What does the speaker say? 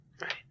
Right